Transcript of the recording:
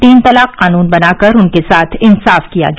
तीन तलाक कानून बनाकर उनके साथ इंसाफ किया गया